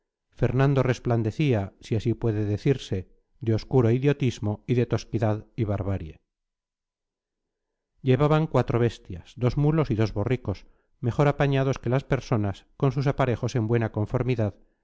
fernando resplandecía si así puede decirse de obscuro idiotismo y de tosquedad y barbarie llevaban cuatro bestias dos mulos y dos borricos mejor apañados que las personas con sus aparejos en buena conformidad